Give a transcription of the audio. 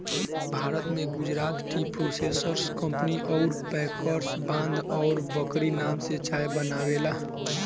भारत में Gujarat tea processors company अउर packers बाघ और बकरी नाम से चाय बनावेला